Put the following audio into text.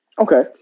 Okay